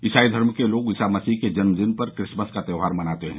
ईसाई धर्म के लोग ईसा मसीह के जन्मदिन पर क्रिसमस का त्योहार मनाते हैं